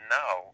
now